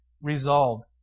resolved